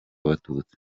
abatutsi